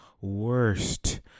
Worst